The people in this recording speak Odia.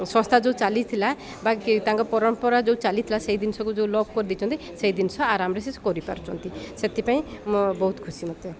ସଂସ୍ଥା ଯୋଉ ଚାଲିଥିଲା ବା ତାଙ୍କ ପରମ୍ପରା ଯୋଉ ଚାଲିଥିଲା ସେଇ ଜିନିଷକୁ ଯୋଉ ଲୋପ କରିଦେଇଚନ୍ତି ସେଇ ଜିନିଷ ଆରାମରେ ସେ କରିପାରୁଚନ୍ତି ସେଥିପାଇଁ ମୋ ବହୁତ ଖୁସି ମୋତେ